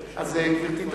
לגברתי.